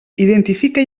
identifica